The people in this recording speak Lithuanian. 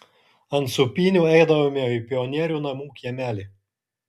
ant sūpynių eidavome į pionierių namų kiemelį